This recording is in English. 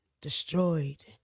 destroyed